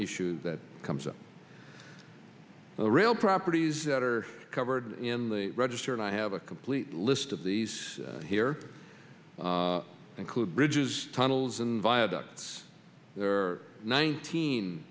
issue that comes up the rail properties that are covered in the register and i have a complete list of these here include bridges tunnels and viaducts there nineteen